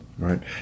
Right